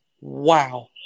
Wow